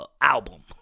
album